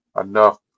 enough